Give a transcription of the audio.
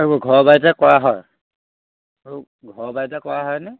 ঘৰৰ বাৰীতে কৰা হয় আৰু ঘৰৰ বাৰীতে কৰা হয়নে